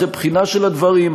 אחרי בחינה של הדברים,